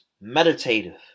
meditative